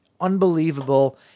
unbelievable